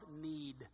need